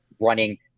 running